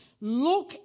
look